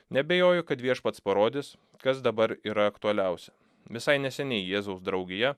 neabejoju kad viešpats parodys kas dabar yra aktualiausia visai neseniai jėzaus draugija